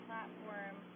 Platform